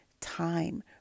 time